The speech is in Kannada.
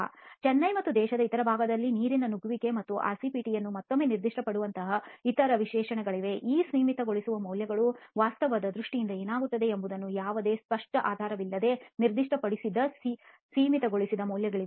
ಚೆನ್ನೈ ಮತ್ತು ದೇಶದ ಇತರ ಭಾಗಗಳಲ್ಲಿ ನೀವು ನೀರಿನ ನುಗ್ಗುವಿಕೆ ಮತ್ತು ಆರ್ಸಿಪಿಟಿ ಯನ್ನು ಮತ್ತೊಮ್ಮೆ ನಿರ್ದಿಷ್ಟಪಡಿಸಿದಂತಹ ಇತರ ವಿಶೇಷಣಗಳಿವೆ ಈ ಸೀಮಿತಗೊಳಿಸುವ ಮೌಲ್ಯಗಳು ವಾಸ್ತವದ ದೃಷ್ಟಿಯಿಂದ ಏನಾಗುತ್ತವೆ ಎಂಬುದಕ್ಕೆ ಯಾವುದೇ ಸ್ಪಷ್ಟ ಆಧಾರವಿಲ್ಲದೆ ನಿರ್ದಿಷ್ಟಪಡಿಸಿದ ಸೀಮಿತಗೊಳಿಸುವ ಮೌಲ್ಯಗಳಿವೆ